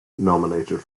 nominated